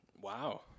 Wow